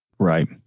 Right